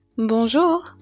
Bonjour